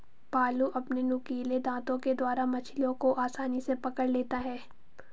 भालू अपने नुकीले दातों के द्वारा मछलियों को आसानी से पकड़ लेता है